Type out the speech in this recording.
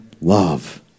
love